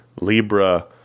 Libra